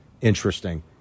interesting